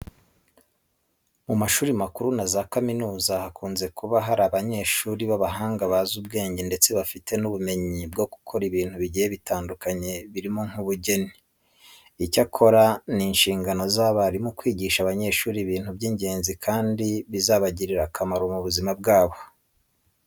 Mu mashuri makuru na za kaminuza hakunze kuba hari abanyeshuri b'abahanga bazi ubwenge ndetse bafite n'ubumenyi bwo gukora ibintu bigiye bitandukanye birimo nk'ubugeni. Icyakora ni inshingano z'abarimu kwigisha abanyeshuri ibintu by'ingenzi kandi bizabagirira akamaro mu buzima bwabo.